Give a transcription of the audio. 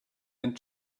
and